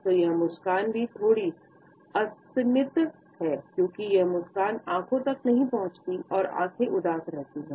तो यह मुस्कान भी थोड़ी असममित है क्योंकि यह मुस्कान आंखों तक नहीं पहुंचती और आंखें उदास रहती हैं